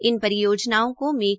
इन परियोजनओं को मेक